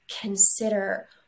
consider